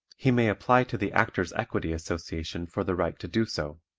he may apply to the actors' equity association for the right to do so.